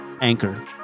Anchor